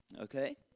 okay